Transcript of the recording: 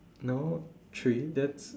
no three that's